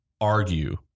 argue